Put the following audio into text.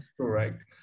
Correct